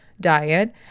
diet